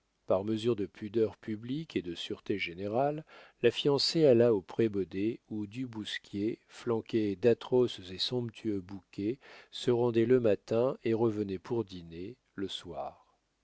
par mesure de pudeur publique et de sûreté générale la fiancée alla au prébaudet où du bousquier flanqué d'atroces et somptueux bouquets se rendait le matin et revenait pour dîner le soir